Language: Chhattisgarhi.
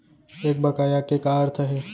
एक बकाया के का अर्थ हे?